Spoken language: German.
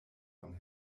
von